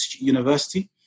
university